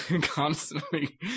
constantly